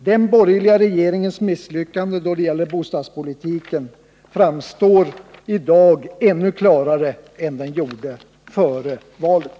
Den borgerliga regeringens misslyckande då det gäller bostadspolitiken framstår i dag ännu klarare än den gjorde före valet.